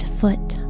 foot